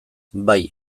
bai